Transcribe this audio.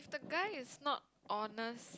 guy is not honest